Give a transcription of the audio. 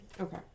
Okay